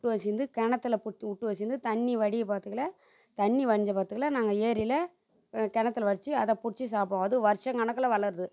விட்டு வச்சிருந்து கிணத்துல போட்டு உட்டு வச்சிருந்து தண்ணி வடியை போகிறத்துக்குள்ள தண்ணி வடிஞ்ச போகிறத்துக்குள்ள நாங்கள் ஏரியில் கிணத்துல வடித்து அதை பிடிச்சி சாப்பிடுவோம் அது வருஷ கணக்கில் வளருது